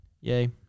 Yay